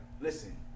listen